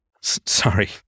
Sorry